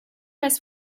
has